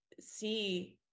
see